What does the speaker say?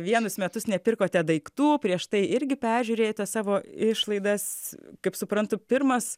vienus metus nepirkote daiktų prieš tai irgi peržiūrėjote savo išlaidas kaip suprantu pirmas